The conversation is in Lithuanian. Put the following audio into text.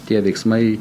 tie veiksmai